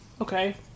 Okay